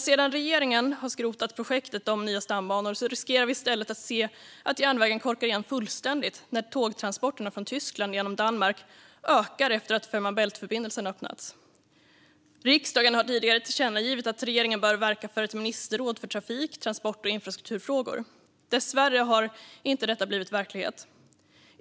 Sedan regeringen har skrotat projektet om nya stambanor riskerar vi i stället att se att järnvägen korkar igen fullständigt när tågtransporterna från Tyskland genom Danmark ökar efter att Fehmarn Bält-förbindelsen öppnats. Riksdagen har tidigare tillkännagivit att regeringen bör verka för ett ministerråd för trafik-, transport och infrastrukturfrågor. Dessvärre har detta inte blivit verklighet.